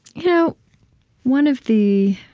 you know one of the